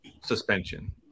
suspension